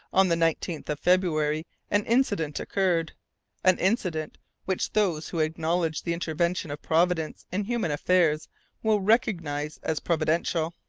on the nineteenth of february an incident occurred an incident which those who acknowledge the intervention of providence in human affairs will recognize as providential.